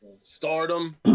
Stardom